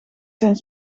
zijn